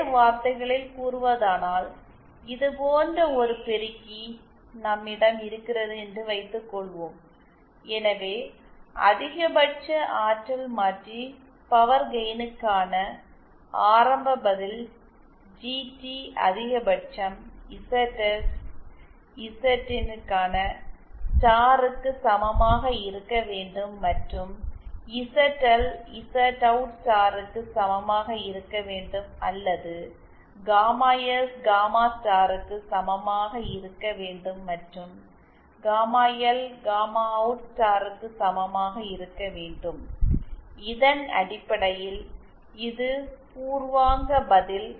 வேறு வார்த்தைகளில் கூறுவதானால் இது போன்ற ஒரு பெருக்கி நம்மிடம் இருக்கிறது என்று வைத்துக்கொள்வோம் எனவே அதிகபட்ச ஆற்றல் மாற்றி பவர் கெயினுக்கான ஆரம்ப பதில் ஜிடி அதிகபட்சம் இசட்எஸ் இசட் இன் க்கான ஸ்டாருக்கு சமமாக இருக்க வேண்டும் மற்றும் இசட்எல் இசட்அவுட் ஸ்டாருக்கு சமமாக இருக்க வேண்டும் அல்லது காமா எஸ் காமா ஸ்டாருக்கு சமமாக இருக்க வேண்டும் மற்றும் காமா எல் காமா அவுட் ஸ்டாருக்கு சமமாக இருக்க வேண்டும் இது பூர்வாங்க பதில்